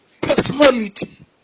Personality